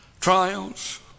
Trials